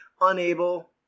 unable